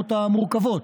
הרפורמות המורכבות,